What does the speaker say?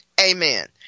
Amen